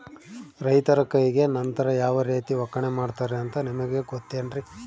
ರೈತರ ಕೈಗೆ ನಂತರ ಯಾವ ರೇತಿ ಒಕ್ಕಣೆ ಮಾಡ್ತಾರೆ ಅಂತ ನಿಮಗೆ ಗೊತ್ತೇನ್ರಿ?